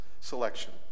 selection